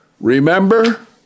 remember